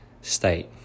state